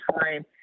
time